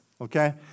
okay